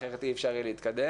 אחרת אי אפשר להתקדם.